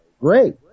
great